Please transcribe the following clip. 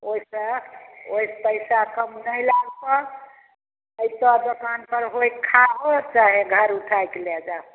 ओहिसँ ओहि पइसा कम नहि लागतौ एहिसँ दोकान पर होइ खाहो चाहे घर उठाइके लए जा